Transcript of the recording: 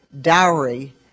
dowry